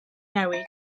newid